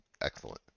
excellent